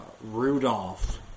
Rudolph